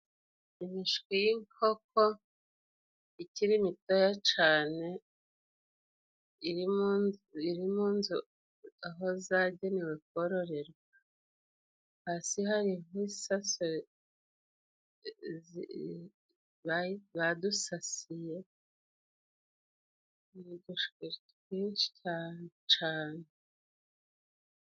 Imishwi y'inkoko ikiri mitoya cane, iri mu nzu, aho zagenewe kororerwa, hasi hari nk'isasu badusasiye, ni udushwi twinshi cyane cane.